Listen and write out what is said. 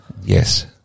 Yes